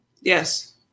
yes